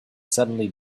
suddenly